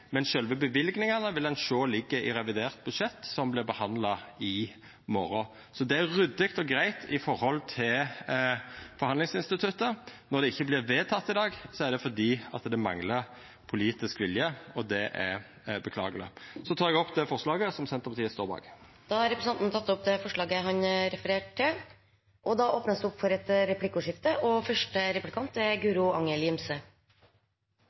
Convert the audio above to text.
men sjølve løyvingane vil ein sjå ligg i revidert budsjett, som vert behandla i morgon. Det er ryddig og greitt sett i forhold til forhandlingsinstituttet. Når det ikkje vert vedteke i dag, er det fordi det manglar politisk vilje, og det er beklageleg. Så tek eg opp det forslaget som Senterpartiet står bak. Representanten Geir Pollestad har tatt opp det forslaget han refererte til. Det blir replikkordskifte. Det forundrer meg at Senterpartiet velger å sette både Norges Bondelag og